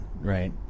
right